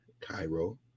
Cairo